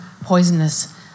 Poisonous